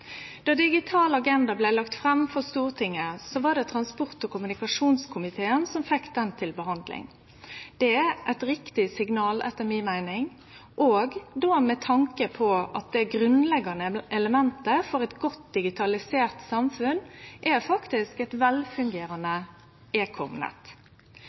Då «Digital agenda» blei lagd fram for Stortinget, var det transport- og kommunikasjonskomiteen som fekk ho til behandling. Det er eit riktig signal etter mi meining, òg med tanke på at det grunnleggjande elementet for eit godt digitalisert samfunn faktisk er eit velfungerande